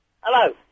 Hello